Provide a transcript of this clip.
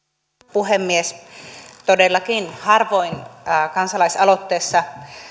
puhemies todellakin harvoin kansalaisaloitteesta